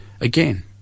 again